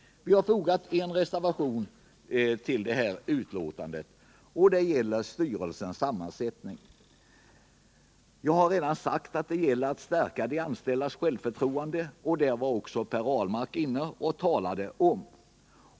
Vi har fogat en reservation till utskottets betänkande. Den gäller styrelsens sammansättning. Jag har redan sagt att de anställdas självförtroende bör stärkas. Det talade också Per Ahlmark om.